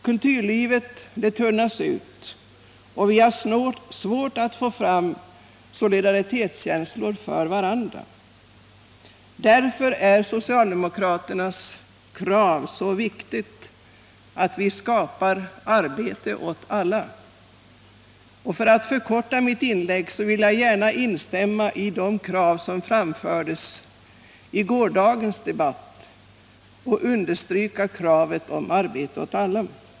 Kulturlivet tunnas ut och vi har svårt att få fram solidaritetskänslor för varandra. Därför är socialdemokraternas krav så viktigt — att vi skapar arbete åt alla, För att förkorta mitt inlägg vill jag gärna instämma i de krav som från socialdemokratiskt håll framfördes i gårdagens debatt och understryka kravet på arbete åt alla.